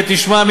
ותשמע,